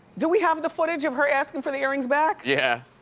do we have the footage of her asking for the earrings back? yeah.